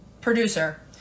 producer